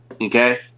Okay